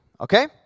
okay